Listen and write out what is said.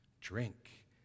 drink